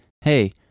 hey